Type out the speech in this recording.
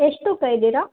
ಎಷ್ಟು ತೂಕ ಇದ್ದೀರಾ